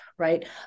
Right